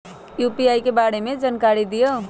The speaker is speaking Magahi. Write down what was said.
यू.पी.आई के बारे में जानकारी दियौ?